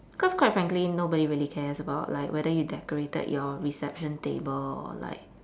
because quite frankly nobody really cares about like whether you decorated your reception table or like